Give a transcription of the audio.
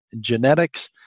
genetics